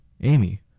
Amy